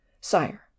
Sire